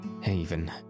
Haven